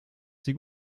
sie